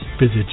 Visit